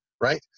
right